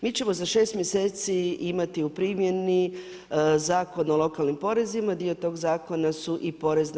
Mi ćemo za šest mjeseci imati u primjeni Zakon o lokalnim porezima, dio tog zakona su i porez na